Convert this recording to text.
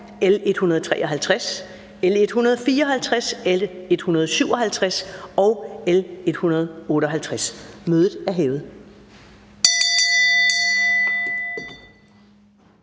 L 153, L 154, L 157 og L 158. Jeg henviser